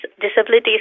disabilities